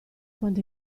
quanto